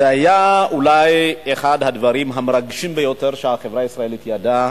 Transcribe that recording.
זה היה אולי אחד הדברים המרגשים ביותר שהחברה הישראלית ידעה,